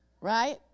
right